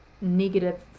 negative